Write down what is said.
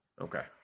Okay